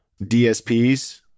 DSPs